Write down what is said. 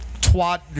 twat